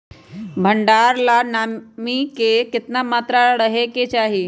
भंडारण ला नामी के केतना मात्रा राहेके चाही?